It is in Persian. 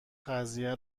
قضیه